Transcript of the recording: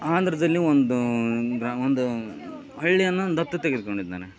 ಆಂಧ್ರದಲ್ಲಿ ಒಂದು ಗ್ರಾ ಒಂದು ಹಳ್ಳಿಯನ್ನ ದತ್ತು ತೆಗೆದುಕೊಂಡಿದ್ದಾನೆ